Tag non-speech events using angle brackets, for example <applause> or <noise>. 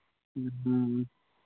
<unintelligible>